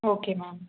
okay ma'am